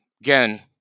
again